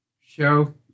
show